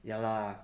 ya lah